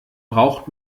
braucht